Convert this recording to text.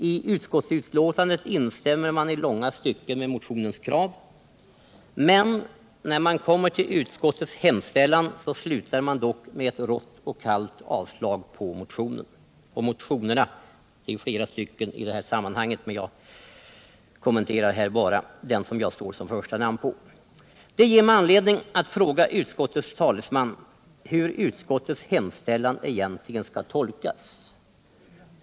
I utskottsbetänkandet instämmer man i långa stycken med motionens krav. Men när man kommer till utskottets hemställan så slutar man med ett rått och kallt avslag på motionerna. — Det är flera motioner i det här sammanhanget, men jag kommenterar bara den som jag står som första namn på. Detta ger mig anledning att fråga utskottets talesman hur utskottets hemställan egentligen skall tolkas.